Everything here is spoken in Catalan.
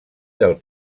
del